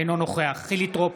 אינו נוכח חילי טרופר,